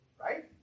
right